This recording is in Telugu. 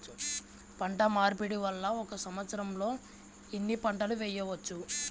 పంటమార్పిడి వలన ఒక్క సంవత్సరంలో ఎన్ని పంటలు వేయవచ్చు?